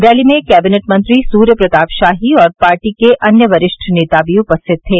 rally में cabinet मंत्री सुर्य प्रताप शाही और पार्टी के अन्य वरिष्ठ नेता भी उपस्थित थे